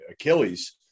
Achilles